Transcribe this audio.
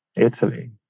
Italy